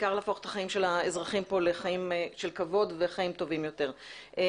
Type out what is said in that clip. בעיקר לגרום לחיי האזרחים כאן לחיות חיים של כבוד וחיים טובים יותר.